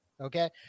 Okay